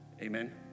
Amen